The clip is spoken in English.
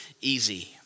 easy